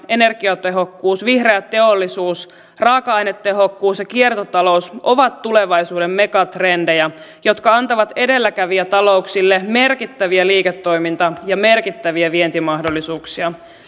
energiatehokkuus vihreä teollisuus raaka ainetehokkuus ja kiertotalous ovat tulevaisuuden megatrendejä jotka antavat edelläkävijätalouksille merkittäviä liiketoiminta ja merkittäviä vientimahdollisuuksia